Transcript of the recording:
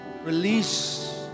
Release